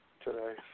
today